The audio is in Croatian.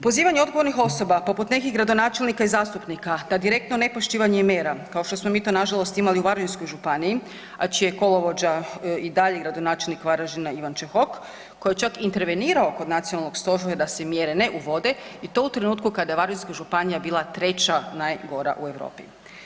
Pozivanje odgovornih osoba poput nekih gradonačelnika i zastupnika da direktno nepoštivanje mjera kao što smo mi to nažalost imali u Varaždinskoj županiji, a čije kolovođa i dalje gradonačelnik Varaždina Ivan Čehok, koji je čak intervenirao kod nacionalnog stožera da se mjere ne uvode i to u trenutku kada je Varaždinska županija bila treća najgora u Europi.